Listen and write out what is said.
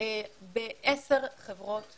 בעשר חברות ממשלתיות.